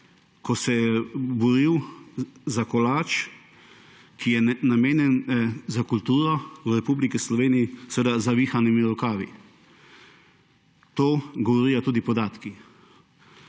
ko se je boril za kolač, ki je namenjen za kulturo v Republiki Sloveniji, z zavihanimi rokavi. To govorijo tudi podatki.